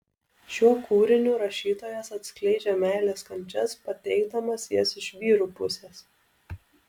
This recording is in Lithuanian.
šiuo kūriniu rašytojas atskleidžia meilės kančias pateikdamas jas iš vyrų pusės